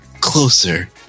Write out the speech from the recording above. closer